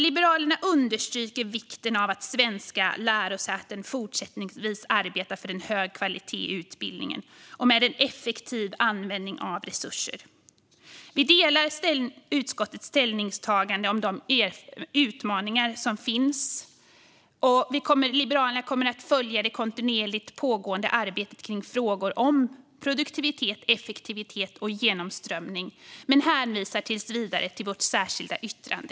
Liberalerna understryker vikten av att svenska lärosäten fortsättningsvis arbetar för en hög kvalitet i utbildningen och med en effektiv användning av resurser. Vi delar utskottets ställningstagande om de utmaningar som finns, och Liberalerna kommer att följa det kontinuerligt pågående arbetet med frågor om produktivitet, effektivitet och genomströmning, men vi hänvisar tills vidare till vårt särskilda yttrande.